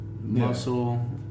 muscle